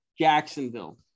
Jacksonville